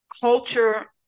culture